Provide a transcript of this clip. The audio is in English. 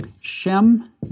Shem